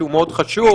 שהוא מאוד חשוב,